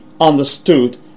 understood